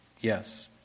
Yes